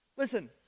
Listen